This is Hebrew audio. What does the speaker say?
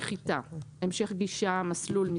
נחיתה(1)המשך גישה (2)מסלול...